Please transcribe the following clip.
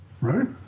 right